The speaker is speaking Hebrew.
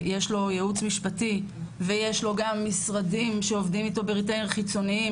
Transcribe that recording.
שיש לו ייעוץ משפטי ויש לו גם משרדים שעובדים איתו בריטיינר חיצוני,